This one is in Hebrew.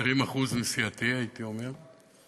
20% מסיעתי, הייתי אומר.